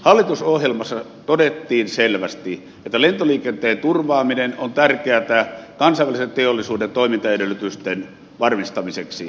hallitusohjelmassa todettiin selvästi että lentoliikenteen turvaaminen on tärkeätä kansainvälisen teollisuuden toimintaedellytysten varmistamiseksi